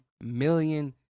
million